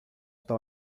está